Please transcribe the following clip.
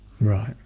Right